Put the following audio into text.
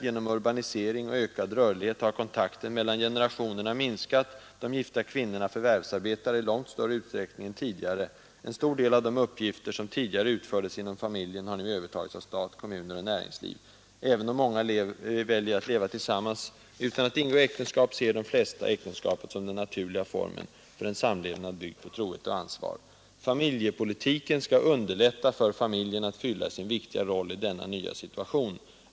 Genom urbanisering och ökad rörlighet har kontakten mellan generationerna minskat. De gifta kvinnorna förvärvsarbetar i långt större utsträckning än tidigare. En stor del av de uppgifter som tidigare utfördes inom familjen har nu övertagits av stat, kommuner och näringsliv. Även om många väljer att leva tillsammans utan att ingå äktenskap, ser de flesta äktenskapet som den naturliga formen för en samlevnad byggd på trohet och ansvar. Familjepolitiken skall underlätta för familjen att fylla sin viktiga roll i denna nya situation.